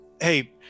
hey